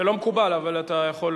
זה לא מקובל, אבל אתה יכול.